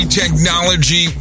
technology